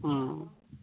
ओ